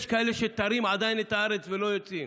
יש כאלה שתרים עדיין את הארץ ולא יוצאים,